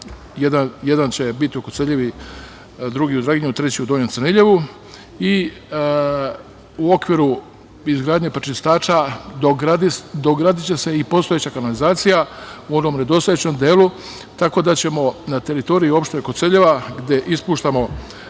jedan će biti u Koceljevi, drugi u Draginju, treći u Donjem Crniljevu, i okviru izgradnje prečistača dogradiće se i postojeća kanalizacija u onom nedostajućem delu, tako da ćemo na teritoriji opštine Koceljeva, gde ispuštamo